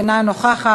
אינה נוכחת.